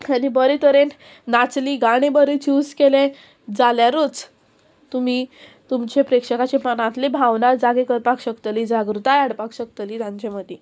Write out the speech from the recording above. आनी बरे तरेन नाचली गाणी बरी चूज केले जाल्यारूच तुमी तुमचे प्रेक्षकाचे मनांतली भावना जागे करपाक शकतली जागृताय हाडपाक शकतली तांचे मदीं